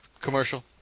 commercial